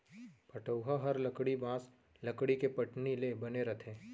पटउहॉं हर लकड़ी, बॉंस, लकड़ी के पटनी ले बने रथे